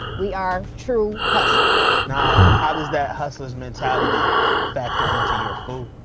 we are true hustlers. now how does that hustler's mentality factor into your food?